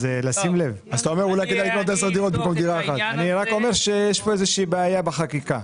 אני רק אומר שיש איזושהי בעיה בחקיקה.